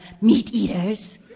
meat-eaters